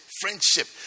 Friendship